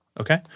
Okay